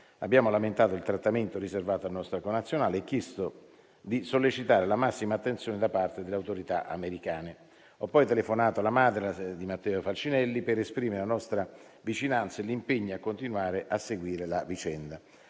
Abbiamo lamentato il trattamento riservato al nostro connazionale e chiesto di sollecitare la massima attenzione da parte delle autorità americane. Ho poi telefonato alla madre di Matteo Falcinelli per esprimere la nostra vicinanza e l'impegno a continuare a seguire la vicenda.